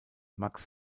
max